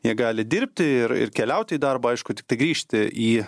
jie gali dirbti ir ir keliauti į darbą aišku tiktai grįžti į